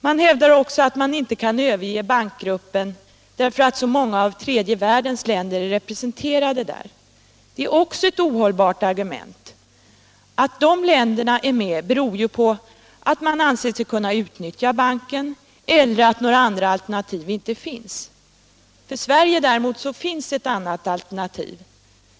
Man hävdar också att vi inte kan överge bankgruppen därför att så många av tredje världens länder är representerade där. Detta är också ett ohållbart argument. Att dessa länder är med beror ju på att de anser sig kunna utnyttja banken eller på att några andra alternativ inte finns. För Sverige däremot finns ett annat alternativ.